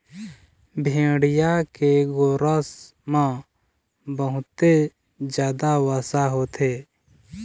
भेड़िया के गोरस म बहुते जादा वसा होथे